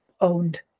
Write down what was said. owned